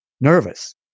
nervous